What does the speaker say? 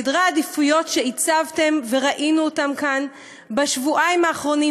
סדרי העדיפויות שהצבתם וראינו אותם כאן בשבועיים האחרונים,